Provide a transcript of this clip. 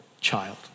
child